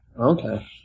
Okay